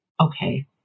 okay